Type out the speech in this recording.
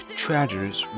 treasures